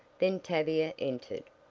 then tavia entered.